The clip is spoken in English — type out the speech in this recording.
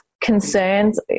concerns